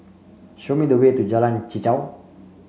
show me the way to Jalan Chichau